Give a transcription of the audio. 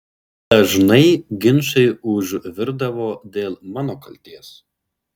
dažnai ginčai užvirdavo dėl mano kaltės